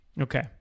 Okay